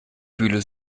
fühle